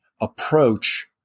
approach